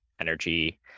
energy